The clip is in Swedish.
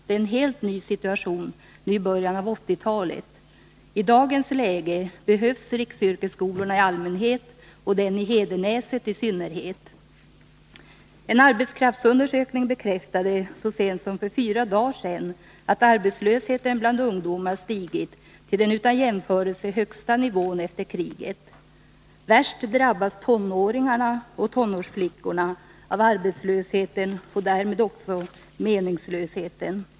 Det är en helt ny situation nu i början av 1980-talet. I dagens läge behövs riksyrkesskolorna i allmänhet och den i Hedenäset i synnerhet. En arbetskraftsundersökning bekräftade så sent som för fyra dagar sedan att arbetslösheten bland ungdomar stigit till den utan jämförelse högsta nivån efter kriget. Värst drabbas tonåringarna och tonårsflickorna av arbetslösheten och därmed också av meningslösheten.